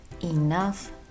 Enough